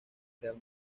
real